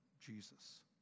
Jesus